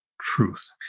truth